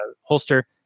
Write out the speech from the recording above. holster